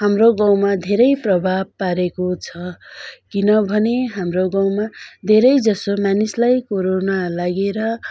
हाम्रो गाउँमा धेरै प्रभाव पारेको छ किनभने हाम्रो गाउँमा धेरैजसो मानिसलाई कोरोना लागेर